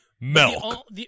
Milk